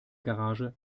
garage